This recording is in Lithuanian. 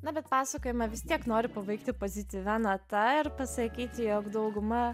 na bet pasakojimą vis tiek noriu pabaigti pozityvia nata ir pasakyti jog dauguma